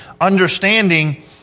understanding